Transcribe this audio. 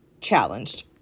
challenged